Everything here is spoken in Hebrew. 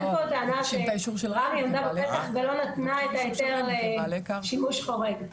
אין כאן טענה שרמ"י עמדה בפתח ולא נתנה את ההיתר לשימוש חורג.